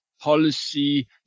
policy